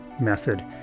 method